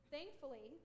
Thankfully